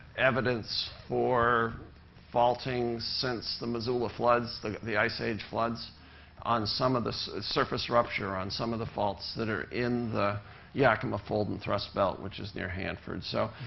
evidence for faultings since the missoula floods the the ice age floods on some of the surface rupture on some of the faults that are in the yakima fold and thrust belt, which is near hanford. so,